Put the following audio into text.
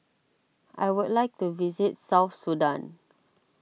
I would like to visit South Sudan